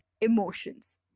emotions